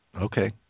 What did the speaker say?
Okay